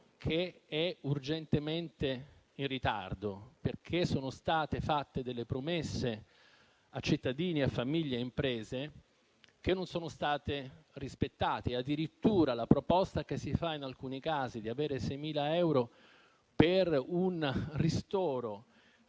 che è urgentemente in ritardo, perché sono state fatte delle promesse a cittadini, famiglie e imprese che non sono state rispettate. La proposta che si fa in alcuni casi di avere 6.000 euro per un ristoro